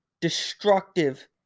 destructive